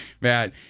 Man